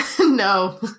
no